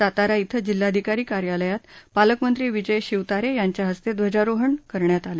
सातारा िं जिल्हाधिकारी कार्यालयात पालकमंत्री विजय शिवतारे यांच्या हस्ते ध्वजारोहण करण्यात आलं